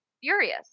furious